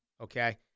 okay